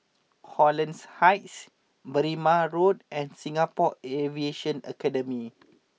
Holland Heights Berrima Road and Singapore Aviation Academy